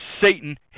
Satan